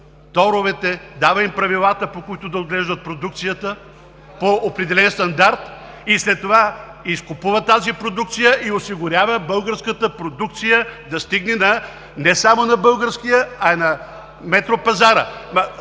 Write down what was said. торовете, дава им правилата, по които да отглеждат продукцията по определен стандарт, и след това изкупува тази продукция и осигурява българската продукция да стигне не само на българския, а и на метропазара.